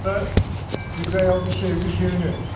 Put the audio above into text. ओमफ्राय बिगायाव बेसे बेसे होनो